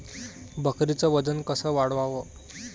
बकरीचं वजन कस वाढवाव?